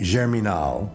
Germinal